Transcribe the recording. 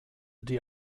die